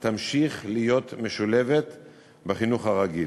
תמשיך להיות משולבת בחינוך הרגיל.